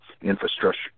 infrastructure